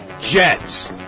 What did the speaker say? Jets